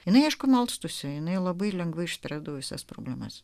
jinai aišku melstųsi jinai labai lengva ištrinti buvusias problemas